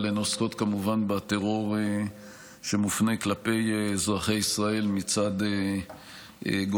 אבל הן כמובן עוסקות בטרור שמופנה כלפי אזרחי ישראל מצד גורמים